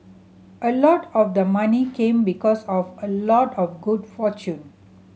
a lot of the money came because of a lot of good fortune